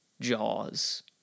Jaws